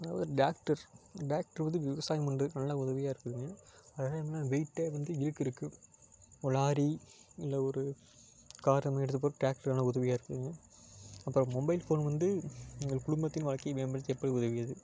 நான் ஒரு tractor tractor வந்து விவசாயம் பண்றதுக்கு நல்ல உதவியாக இருக்குதுங்க அதனால் என்ன வெயிட்டே வந்து இழுக்குறதுக்கு ஒரு லாரி இல்லை ஒரு கார் அந்தமாதிரி இழுத்துட்டுபோக ட்ராக்ட்ரு நல்ல உதவியாக இருக்கும் அப்பறம் மொபைல் போன் வந்து எங்கள் குடும்பத்தின் வாழ்க்கையை மேம்படுத்த எப்படி உதவுகிறது